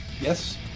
Yes